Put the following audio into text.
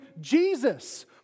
Jesus